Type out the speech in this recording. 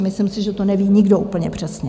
Myslím si, že to neví nikdo úplně přesně.